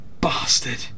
bastard